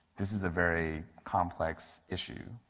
this is a very complex issue.